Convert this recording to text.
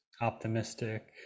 optimistic